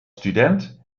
student